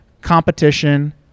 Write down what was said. competition